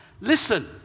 Listen